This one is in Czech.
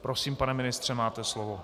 Prosím, pane ministře, máte slovo.